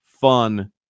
fun